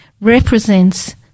represents